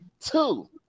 Two